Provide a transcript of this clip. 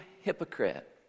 hypocrite